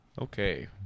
Okay